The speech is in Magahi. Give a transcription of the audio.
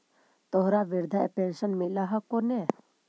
तोहरा वृद्धा पेंशन मिलहको ने?